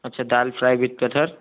अच्छा dal fry with butter